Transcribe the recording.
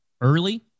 early